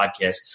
podcast